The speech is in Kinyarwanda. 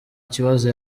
kibazo